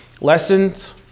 lessons